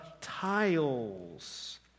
tiles